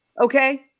Okay